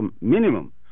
minimum